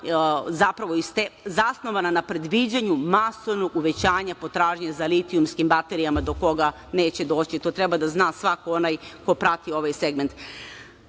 zapravo zasnovana na predviđanju masovnog uvećanja potražnje za litijumskim baterijama do koga neće doći. To treba da zna svako ko prati ovaj segment. Na